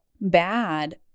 bad